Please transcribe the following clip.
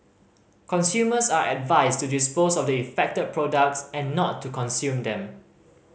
consumers are advised to dispose of the affected products and not to consume them